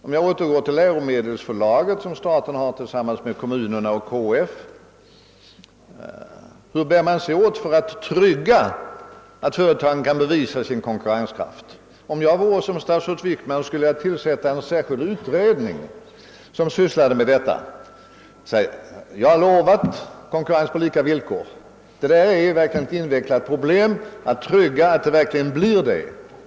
Om jag återgår till läromedelsförlaget, som staten driver tillsammans med kommunerna och KF, vill jag fråga: Hur bär man sig åt för att trygga att företaget kan bevisa sin konkurrenskraft? Om jag vore statsrådet Wickman skulle jag tillsätta en särskild utredning, som sysslade med den frågan, och säga till utredningen: Vi har lovat konkurrens på lika villkor. Det är verkligen ett invecklat problem att trygga att det i realiteten blir det.